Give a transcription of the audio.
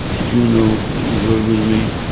you know, you were with me,